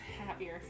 happier